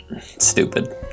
stupid